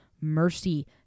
mercy